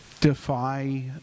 defy